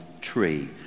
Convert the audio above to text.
tree